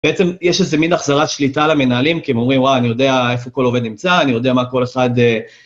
בעצם יש איזה מן החזרת שליטה למנהלים, כי הם אומרים, וואה, אני יודע איפה כל עובד נמצא, אני יודע מה כל אחד...